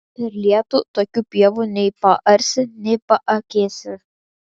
per lietų tokių pievų nei paarsi nei paakėsi